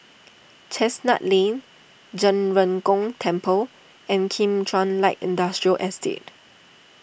Chestnut Lane Zhen Ren Gong Temple and Kim Chuan Light Industrial Estate